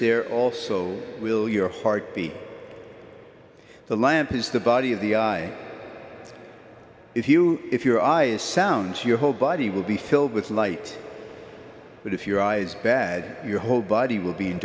there also will your heart beat the lamp is the body of the eye if you if your eyes sounds your whole body will be filled with light but if your eyes bad your whole body will be